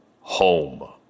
Home